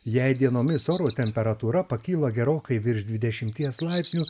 jei dienomis oro temperatūra pakyla gerokai virš dvidešimties laipsnių